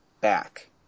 back